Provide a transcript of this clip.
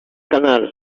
canal